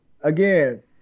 again